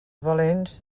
valents